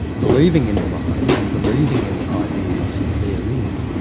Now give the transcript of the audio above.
believing in the mind, and believing in ideas therein,